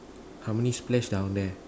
how many splash down there